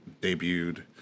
debuted